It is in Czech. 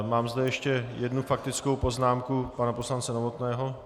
Mám zde ještě jednu faktickou poznámku pana poslance Novotného.